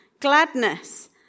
gladness